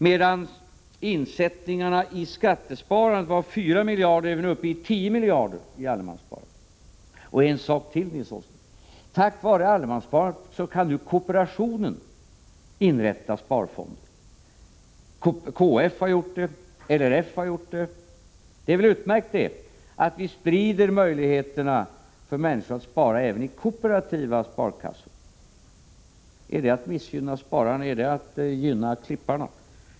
Medan insättningarna i skattesparandet var 4 miljarder kronor, är vi nu uppe i 10 miljarder i allemanssparandet. En sak till, Nils Åsling! Tack vare allemanssparandet kan nu kooperationen inrätta sparfonder. KF har gjort det, liksom LRF. Det är väl utmärkt att vi sprider möjligheterna för människor att spara så att det kan ske även i kooperativa sparkassor. Är det att missgynna spararna, är det att gynna ”klipparna”?